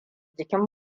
jikin